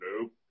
nope